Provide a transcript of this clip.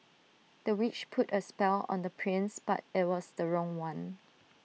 the witch put A spell on the prince but IT was the wrong one